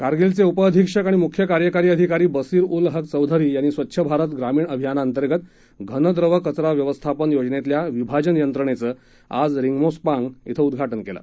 कारगीलचे उपअधीक्षक आणि मुख्य कार्यकारी अधिकारी बसीर उल हक चौधरी यांनी स्वच्छ भारत ग्रामीण अभियानाअंतर्गत घन द्रव कचरा व्यवस्थापन योजनेतल्या विभाजन यंत्रणेचं आज रिंग्मोस्पांग इथं उद्घाटन केलं